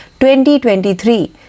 2023